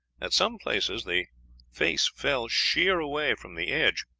at some places the face fell sheer away from the edge,